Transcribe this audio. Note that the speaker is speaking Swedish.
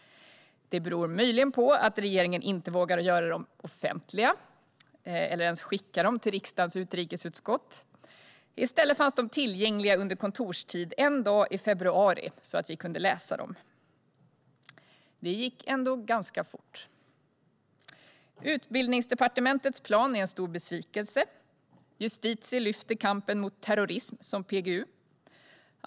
Det beror möjligen på att regeringen inte vågade göra dem offentliga eller ens skicka dem till riksdagens utrikesutskott. I stället fanns de tillgängliga under kontorstid en dag i februari så att vi kunde läsa dem. Det gick ändå ganska fort. Utbildningsdepartementets plan är en stor besvikelse. Justitiedepartementet lyfter kampen mot terrorism som PGU.